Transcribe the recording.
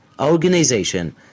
organization